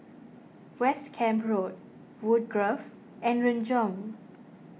West Camp Road Woodgrove and Renjong